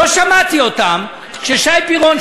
שלא שמעתי אותם כששי פירון,